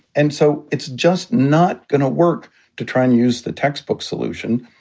and so it's just not going to work to try and use the textbook solution.